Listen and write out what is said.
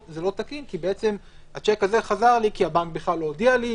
תקין כי השיק הזה חזר כי הבנק בכלל לא הודיע לי,